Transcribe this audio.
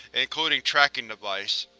including tracking device.